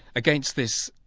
against this,